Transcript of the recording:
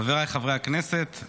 חבריי חברי הכנסת,